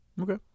Okay